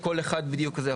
אין לי לכל אחד בדיוק זה...